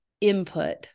input